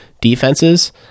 defenses